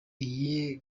iyi